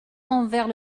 envers